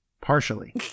Partially